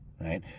right